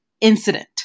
incident